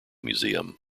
museum